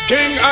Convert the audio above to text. King